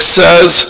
says